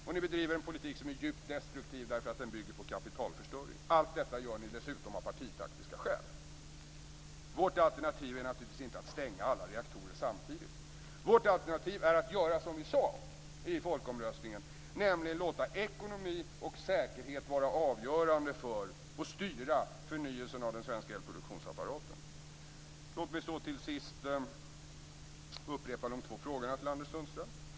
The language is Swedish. Ni bedriver en politik som är djupt destruktiv därför att den bygger på kapitalförstöring. Allt detta gör ni dessutom av partitaktiska skäl. Vårt alternativ är naturligtvis inte att stänga alla reaktorer samtidigt. Vårt alternativ är att göra som vi sade i folkomröstningen, nämligen att låta ekonomi och säkerhet vara avgörande för och styra förnyelsen av den svenska elproduktionsapparaten. Låt mig så till sist upprepa de två frågorna till Anders Sundström.